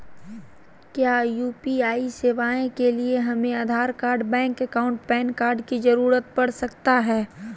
क्या यू.पी.आई सेवाएं के लिए हमें Aadhaar card bank account PAN card की जरूरत पड़ सकता है?